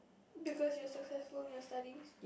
because you're successful in your studies